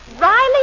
Riley